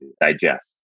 digest